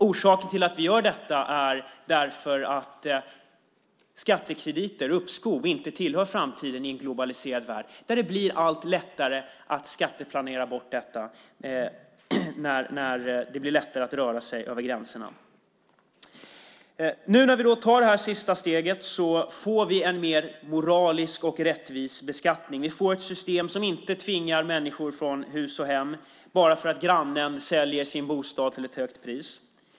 Orsaken till att vi gör det är att skattekrediter, uppskov, inte tillhör framtiden i en globaliserad värld där det blir allt lättare att skatteplanera bort detta när det blir lättare att röra sig över gränserna. Nu när vi tar det sista steget får vi en mer moralisk och rättvis beskattning. Vi får ett system som inte tvingar människor från hus och hem bara för att grannen säljer sin bostad till ett högt pris.